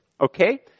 okay